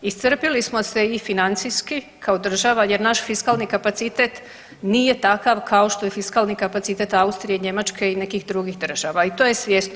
Iscrpili smo se i financijski kao država, jer naš fiskalni kapacitet nije takav kao što je fiskalni kapacitet Austrije, Njemačke i nekih drugih država i to je svjesno.